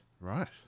Right